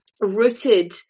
rooted